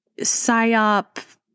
PSYOP